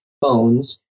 phones